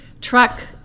truck